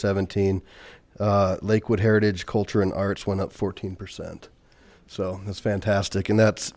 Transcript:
seventeen lakewood heritage culture and arts went up fourteen percent so that's fantastic and that's